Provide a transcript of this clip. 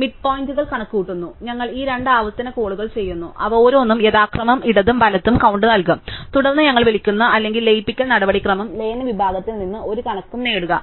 mid point കണക്കുകൂട്ടുന്നു ഞങ്ങൾ ഈ രണ്ട് ആവർത്തന കോളുകൾ ചെയ്യുന്നു അവ ഓരോന്നും യഥാക്രമം ഇടത്തും വലത്തും കൌണ്ട് നൽകും തുടർന്ന് ഞങ്ങൾ വിളിക്കുന്നു അല്ലെങ്കിൽ ലയിപ്പിക്കൽ നടപടിക്രമവും ലയന വിഭാഗത്തിൽ നിന്ന് ഒരു കണക്കും നേടുക